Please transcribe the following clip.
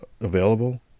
available